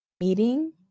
meeting